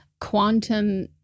quantum